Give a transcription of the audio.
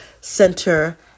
Center